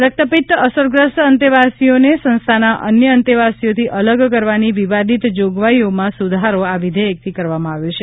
રક્તપિત્ત અસરગ્રસ્ત અંતેવાસીઓને સંસ્થાના અન્ય અંતેવાસીઓથી અલગ કરવાની વિવાદિત જોગવાઇઓમાં સુધારો આ વિધેયકથી કરવામાં આવ્યો છે